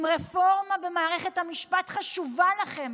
אם רפורמה במערכת המשפט חשובה לכם,